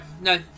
No